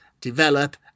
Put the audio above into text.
develop